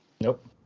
Nope